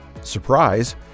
Surprise